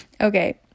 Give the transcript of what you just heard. Okay